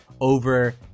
over